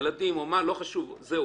ילדים וכו', וזהו.